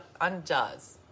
undoes